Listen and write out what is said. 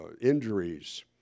injuries